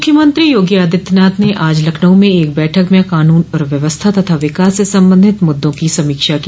मुख्यमंत्री योगी आदित्यनाथ ने आज लखनऊ में एक बैठक में कानून और व्यवस्था तथा विकास से संबंधित मुद्दों की समीक्षा की